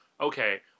Okay